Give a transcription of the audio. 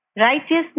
righteousness